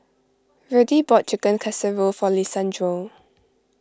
Verdie bought Chicken Casserole for Lisandro